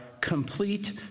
complete